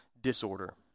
disorder